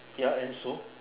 ya and so